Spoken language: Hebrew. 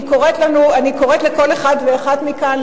אני קוראת לכל אחד ואחת מכאן,